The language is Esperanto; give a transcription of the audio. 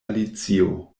alicio